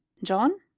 john?